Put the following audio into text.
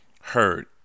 heard